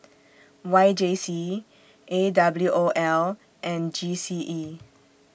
Y J C A W O L and G C E